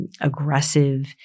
aggressive